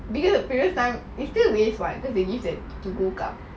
because the previous time it's still a waste what because they use a paper cup